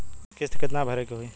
किस्त कितना भरे के होइ?